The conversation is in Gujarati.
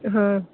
હાં